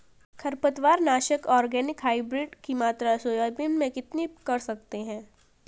खरपतवार नाशक organic hybrid की मात्रा सोयाबीन में कितनी कर सकते हैं?